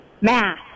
math